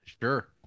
Sure